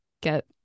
get